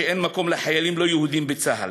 שאין מקום לחיילים לא-יהודים בצה"ל.